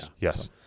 Yes